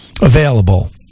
available